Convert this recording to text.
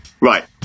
Right